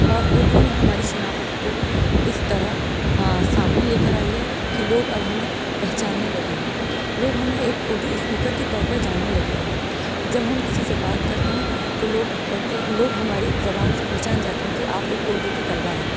اور اردو نے ہماری شناخت کو اس طرح سامنے لے کر آئی ہے کہ لوگ اب ہمیں پہچاننے لگے ہیں لوگ ہمیں ایک اردو اسپیکر کے طور پر جاننے لگے ہیں جب ہم کسی سے بات کرتے ہیں تو لوگ کہتے لوگ ہماری زبان سے پہچان جاتے ہیں کہ آپ ایک اردو کے طلبہ ہیں